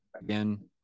again